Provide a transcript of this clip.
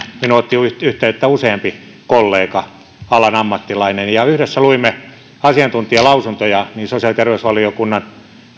minuun otti yhteyttä useampi kollega alan ammattilainen yhdessä luimme asiantuntijalausuntoja niin sosiaali ja terveysvaliokunnan